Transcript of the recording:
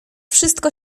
wszystko